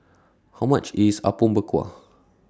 How much IS Apom Berkuah